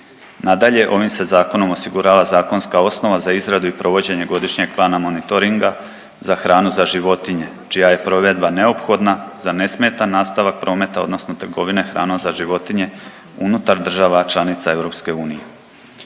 Nadalje, ovim se zakonom osigurava zakonska osnova za izradu i provođenje godišnjeg plana monitoringa za hranu za životinje čija je provedba neophodna za nesmetan nastavak prometa odnosno trgovine hranom za životinje unutar država članica EU.